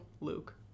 Luke